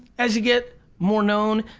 as you get more known,